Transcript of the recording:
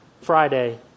Friday